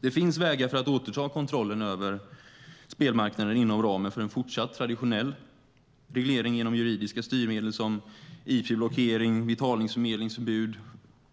Det finns vägar för att återta kontrollen över spelmarknaden inom ramen för en fortsatt traditionell reglering genom juridiska styrmedel som ip-blockering, betalningsförmedlingsförbud,